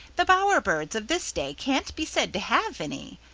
the bower birds of this day can't be said to have any!